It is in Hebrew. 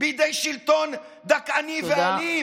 בידי שלטון דכאני ואלים.